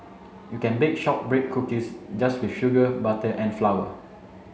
you can bake shortbread cookies just with sugar butter and flower